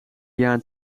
jaren